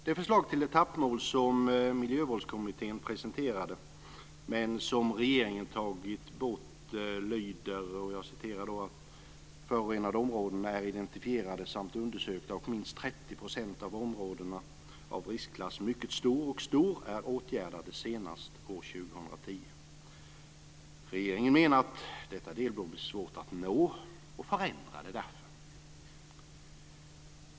Det förslag till etappmål som Miljömålskommittén presenterade men som regeringen tagit bort lyder: "Förorenade områden är identifierade samt undersökta och minst 30 procent av områdena av riskklass mycket stor och stor är åtgärdade senast år 2010." Regeringen menar att detta delmål blir svårt att nå och förändrar det därför.